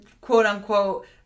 quote-unquote